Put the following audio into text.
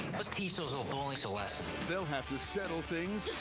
let's teach those old bullies a lesson. they'll have to settle things.